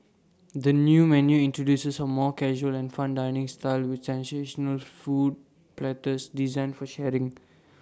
the new menu introduces A more casual and fun dining style with sensational food platters designed for sharing